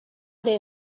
they